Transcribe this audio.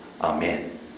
Amen